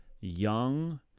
young